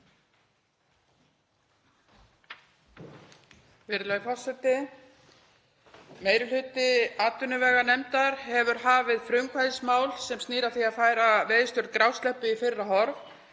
Virðulegur forseti. Meiri hluti atvinnuveganefndar hefur hafið frumkvæðismál sem snýr að því að færa veiðistjórn grásleppu í fyrra horf